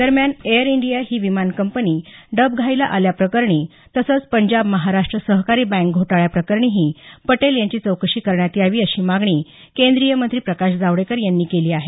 दरम्यान Air India ही विमान कंपनी डबघाईला आणल्याप्रकरणी तसंच पंजाब महाराष्ट्र सहकारी बँक घोटाळ्या प्रकरणीही पटेल यांची चौकशी करण्यात यावी अशी मागणी केंद्रीय मंत्री प्रकाश जावडेकर यांनी केली आहे